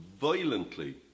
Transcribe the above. violently